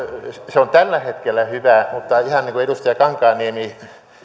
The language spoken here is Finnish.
se on tällä hetkellä hyvä mutta ihan niin kuin edustaja kankaanniemi